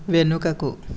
వెనుకకు